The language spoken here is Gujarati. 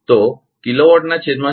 તો કિલોવોટ ના છેદમાં કે